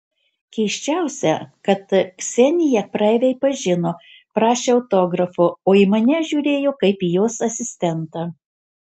keisčiausia kad kseniją praeiviai pažino prašė autografo o į mane žiūrėjo kaip į jos asistentą